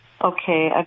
Okay